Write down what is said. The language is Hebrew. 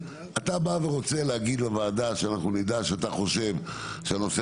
ורוצה להגיד לוועדה שאנחנו נדע שאתה חושב שהנושא